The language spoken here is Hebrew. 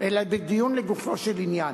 אלא בדיון לגופו של עניין.